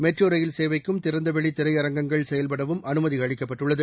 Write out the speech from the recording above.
metro rail சேவைக்கும் திறந்தவெளி திரையரங்கங்கள் செயல்படவும் அனுமதி அளிக்கப்பட்டுள்ளது